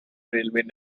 railways